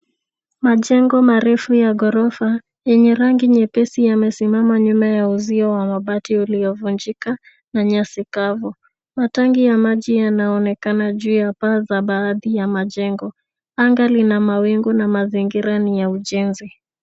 Majengo marefu ghorofa, yenye rangi nyepesi yamesimama nyuma ya uzio wa mabati uliovunjika, na nyasi kavu. Matanki ya maji yanaonekana juu ya paa za baadhi ya majengo. Anga lina mawingu na mazingira ni ya ujenzi.